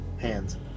hands